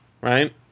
right